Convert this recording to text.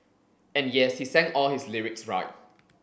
and yes he sang all his lyrics right